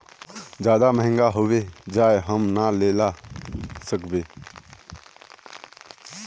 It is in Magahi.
ज्यादा महंगा होबे जाए हम ना लेला सकेबे?